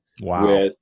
Wow